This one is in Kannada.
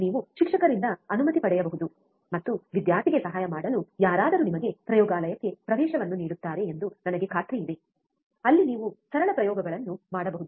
ನೀವು ಶಿಕ್ಷಕರಿಂದ ಅನುಮತಿ ಪಡೆಯಬಹುದು ಮತ್ತು ವಿದ್ಯಾರ್ಥಿಗೆ ಸಹಾಯ ಮಾಡಲು ಯಾರಾದರೂ ನಿಮಗೆ ಪ್ರಯೋಗಾಲಯಕ್ಕೆ ಪ್ರವೇಶವನ್ನು ನೀಡುತ್ತಾರೆ ಎಂದು ನನಗೆ ಖಾತ್ರಿಯಿದೆ ಅಲ್ಲಿ ನೀವು ಸರಳ ಪ್ರಯೋಗಗಳನ್ನು ಮಾಡಬಹುದು